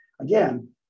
again